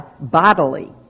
bodily